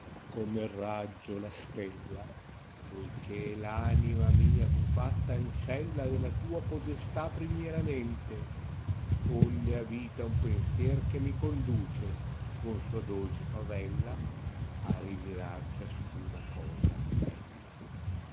come h raggiò la stella poiché v anima mia fu fatta ancella della tua podestà primieramente onde ha vita un pensier che mi conduce con sua dolce favella a rimirar ciascuna cosa bella